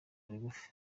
rigufi